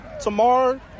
tomorrow